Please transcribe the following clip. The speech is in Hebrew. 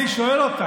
אני שואל אותך.